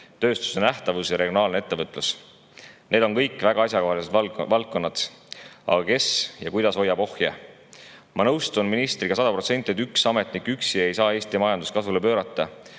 tööstuse nähtavus ja regionaalne ettevõtlus – need on kõik väga asjakohased valdkonnad. Aga kes ja kuidas hoiab ohje? Ma nõustun ministriga sada protsenti, et üks ametnik üksi ei saa Eesti majandust kasvule pöörata.